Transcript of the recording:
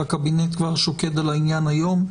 והקבינט כבר שוקד על העניין היום.